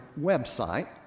website